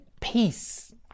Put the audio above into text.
peace